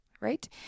Right